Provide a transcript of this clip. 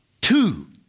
two